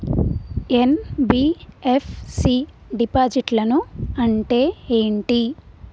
NBFC డిపాజిట్లను అంటే ఏంటి?